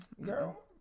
Girl